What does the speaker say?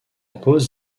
pause